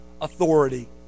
authority